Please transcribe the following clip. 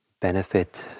benefit